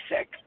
sick